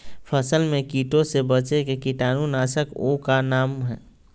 फसल में कीटों से बचे के कीटाणु नाशक ओं का नाम?